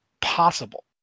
possible